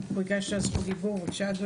ביקשת את זכות הדיבור, בבקשה.